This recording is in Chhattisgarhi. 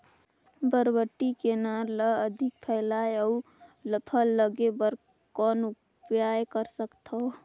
बरबट्टी के नार ल अधिक फैलाय अउ फल लागे बर कौन उपाय कर सकथव?